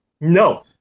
No